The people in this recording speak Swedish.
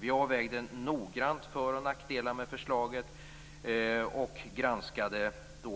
Vi avvägde noggrant för och nackdelar med förslaget och granskade